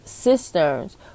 Cisterns